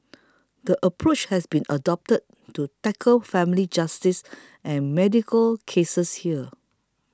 the approach has been adopted to tackle family justice and medical cases here